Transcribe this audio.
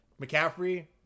McCaffrey